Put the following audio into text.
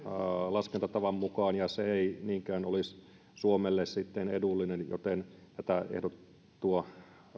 laskentatavan mukaan ja se ei niinkään olisi suomelle sitten edullinen joten tätä ehdotettua